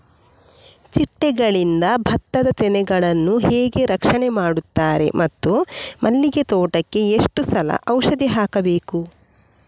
ಚಿಟ್ಟೆಗಳಿಂದ ಭತ್ತದ ತೆನೆಗಳನ್ನು ಹೇಗೆ ರಕ್ಷಣೆ ಮಾಡುತ್ತಾರೆ ಮತ್ತು ಮಲ್ಲಿಗೆ ತೋಟಕ್ಕೆ ಎಷ್ಟು ಸಲ ಔಷಧಿ ಹಾಕಬೇಕು?